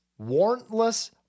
warrantless